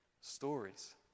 stories